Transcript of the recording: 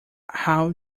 how